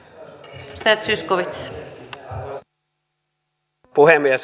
arvoisa rouva puhemies